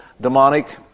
demonic